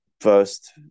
first